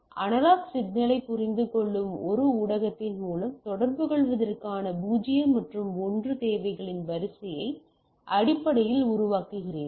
analogue சிக்னலைப் புரிந்துகொள்ளும் ஒரு ஊடகத்தின் மூலம் தொடர்புகொள்வதற்கான 0 மற்றும் 1 தேவைகளின் வரிசையை அடிப்படையில் உருவாக்குகிறீர்கள்